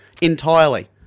entirely